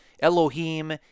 Elohim